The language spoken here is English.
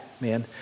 man